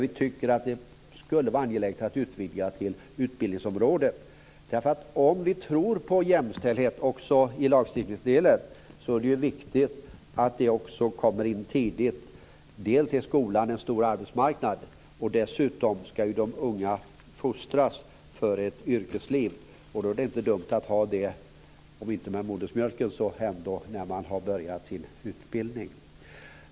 Vi tycker att det skulle vara angeläget att utvidga detta till utbildningsområdet. Om vi tror på jämställdhet också i lagstiftningsdelen är det viktigt att det också kommer in tidigt. Skolan är en stor arbetsmarknad. Dessutom ska ju de unga fostras för ett yrkesliv. Då är det inte dumt att få detta, om inte med modersmjölken så ändå när man har börjat sin utbildning.